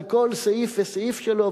על כל סעיף וסעיף שלו,